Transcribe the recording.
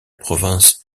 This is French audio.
province